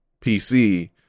PC